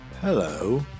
Hello